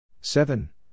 Seven